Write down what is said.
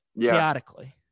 chaotically